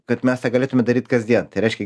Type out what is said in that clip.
kad mes tą galėtumėm daryti kasdien tai reiškia